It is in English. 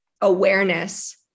awareness